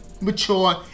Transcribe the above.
mature